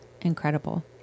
incredible